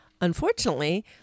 unfortunately